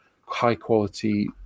high-quality